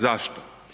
Zašto?